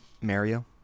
Mario